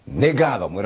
negado